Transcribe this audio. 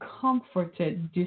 comforted